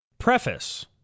Preface